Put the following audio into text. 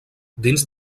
dins